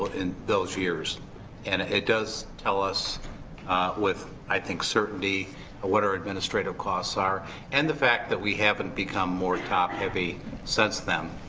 in those years and it does tell is with, i think, certainty what our administrative costs are and the fact that we haven't become more top heavy since then.